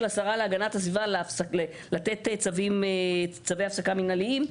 השרה להגנת הסביבה לתת צווי הפסקה מנהליים.